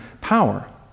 power